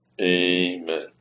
Amen